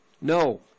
No